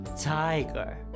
tiger